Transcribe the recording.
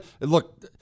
Look